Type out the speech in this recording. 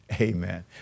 Amen